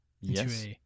Yes